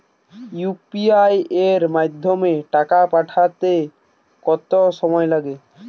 UPI এর মাধ্যমে টাকা পাঠাতে কত সময় লাগে?